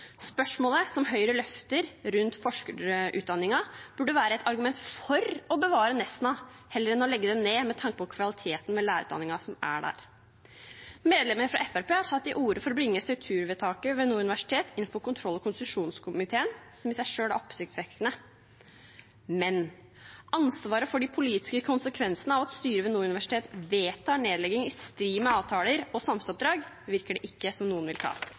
Spørsmålet som Høyre løfter rundt forskerutdanningen, burde være et argument for å bevare Nesna, heller enn å legge det ned, med tanke på kvaliteten ved lærerutdanningen som er der. Medlemmer fra Fremskrittspartiet har tatt til orde for å bringe strukturvedtaket ved Nord universitet inn for kontroll- og konstitusjonskomiteen, noe som i seg selv er oppsiktsvekkende. Men ansvaret for de politiske konsekvensene av at styret ved Nord universitet vedtar nedlegging, i strid med avtaler og samfunnsoppdrag, virker det ikke som om noen vil ta.